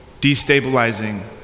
destabilizing